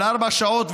של ארבע שעות,